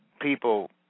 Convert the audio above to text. people